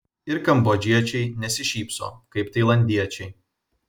ir kambodžiečiai nesišypso kaip tailandiečiai